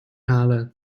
halen